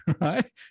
right